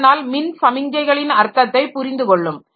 அதனால் மின் சமிங்ஞைகளின் அர்த்தத்தை புரிந்துகொள்ளும்